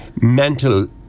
mental